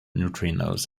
neutrinos